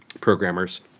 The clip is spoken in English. programmers